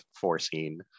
foreseen